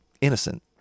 innocent